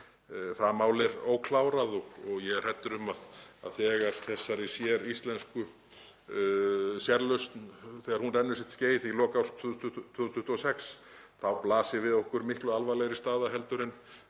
það mál er óklárað. Ég er hræddur um að þegar þessi séríslenska sérlausn rennur sitt skeið í lok árs 2026 blasi við okkur miklu alvarlegri staða heldur en